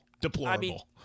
Deplorable